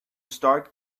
start